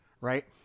right